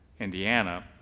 Indiana